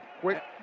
Quick